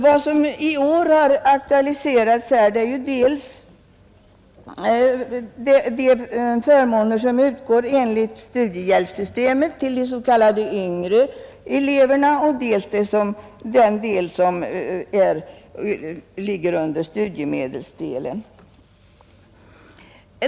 Vad som i år har aktualiserats är förmåner som utgår dels inom studiehjälpssystemet till yngre elever, dels genom studiemedel.